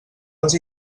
els